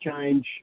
change